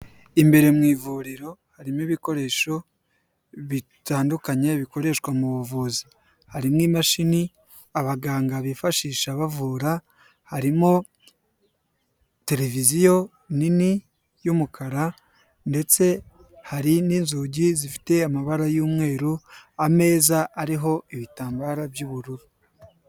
Imbere mu ivuriro harimo ibikoresho bitandukanye bikoreshwa mu buvuzi, hari n'imashini abaganga bifashisha bavura, harimo televiziyo nini y'umukara ndetse hari n'inzugi zifite amabara y'umweru, ameza ariho ibitambaro by'ubururu.